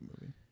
movie